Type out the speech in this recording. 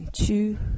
Two